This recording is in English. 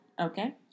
Okay